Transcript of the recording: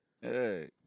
Hey